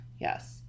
Yes